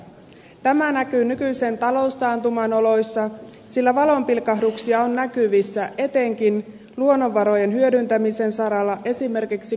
tämä näkyy nykyisen taloustaantuman oloissa sillä valon pilkahduksia on näkyvissä etenkin luonnonvarojen hyödyntämisen saralla esimerkiksi kaivosalalla